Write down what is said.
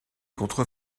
contre